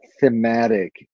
thematic